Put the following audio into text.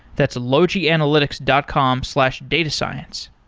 that's logianalytics dot com slash datascience.